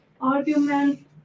argument